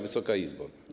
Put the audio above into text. Wysoka Izbo!